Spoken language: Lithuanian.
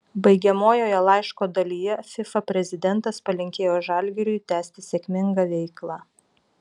baigiamojoje laiško dalyje fifa prezidentas palinkėjo žalgiriui tęsti sėkmingą veiklą